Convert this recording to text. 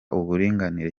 uburinganire